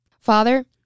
Father